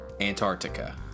Antarctica